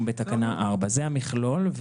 בתקנה 4. זה המכלול,